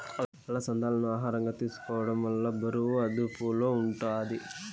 అలసందాలను ఆహారంగా తీసుకోవడం వల్ల బరువు అదుపులో ఉంటాది